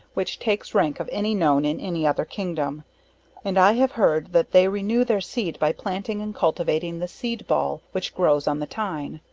which takes rank of any known in any other kingdom and i have heard that they renew their seed by planting and cultivating the seed ball, which grows on the tine.